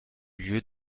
lieu